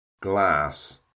glass